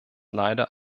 leider